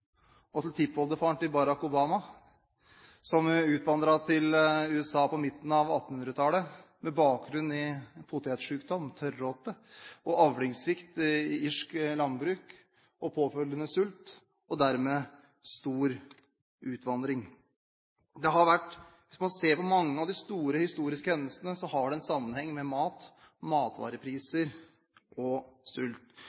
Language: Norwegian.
og til tippoldefaren til Barack Obama, som utvandret til USA på midten av 1800-tallet. Da var det potetsykdom, tørråte, og avlingssvikt i irsk landbruk med påfølgende sult, og dermed stor utvandring. Hvis man ser på mange av de store historiske hendelsene, har de sammenheng med mat,